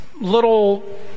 little